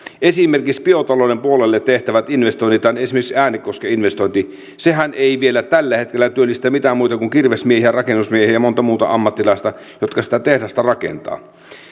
esimerkiksi biotalouden puolelle tehtävät investoinnithan esimerkiksi äänekosken investointi ei vielä tällä hetkellä työllistä mitään muita kuin kirvesmiehiä rakennusmiehiä ja monta muuta ammattilaista jotka sitä tehdasta rakentavat